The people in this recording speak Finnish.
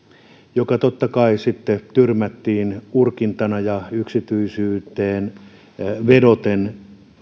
joka totta kai sitten tyrmättiin urkintana ja valvontana yksityisyyteen vedoten